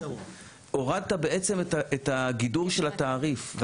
הורדת בעצם את הגידור של התעריף.